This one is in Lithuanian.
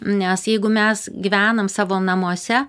nes jeigu mes gyvenam savo namuose